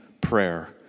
prayer